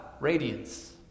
radiance